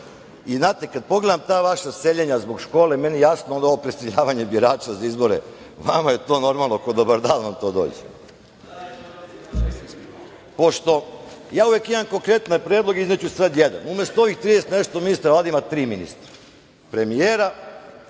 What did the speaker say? diplome. Znate, kad pogledam ta vaša seljenja zbog škole, meni je onda jasno ovo preseljavanje birača za izbore. Vama je to normalno, kao dobar dan vam to dođe. Pošto ja uvek imam konkretne predloge i izneću sad jedan. Umesto ovih 30 i nešto ministara, ovde ima tri ministara, premijera.